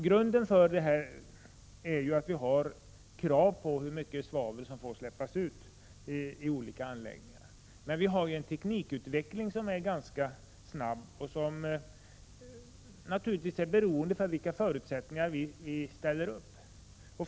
Grunden är att vi har krav på hur mycket svavel som får släppas ut i olika anläggningar. Teknikutvecklingen är snabb, och den är naturligtvis beroende av vilka förutsättningar som ges.